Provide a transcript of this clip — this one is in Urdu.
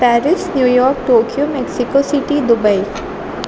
Paris New York Tokyo Mexico City Dubai